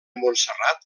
montserrat